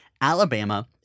Alabama